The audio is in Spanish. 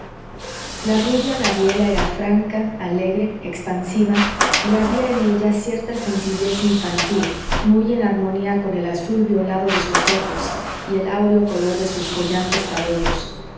la rubia gabriela era franca alegre expansiva y había en ella cierta sencillez infantil muy en harmonía con el azul violado de sus ojos y el áureo color de sus joyantes cabellos